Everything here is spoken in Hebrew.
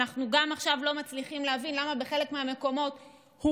גם עכשיו אנחנו לא מצליחים להבין למה בחלק מהמקומות הוא